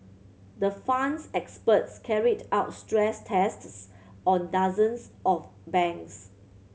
the Fund's experts carried out stress tests on dozens of banks